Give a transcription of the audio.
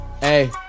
hey